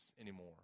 anymore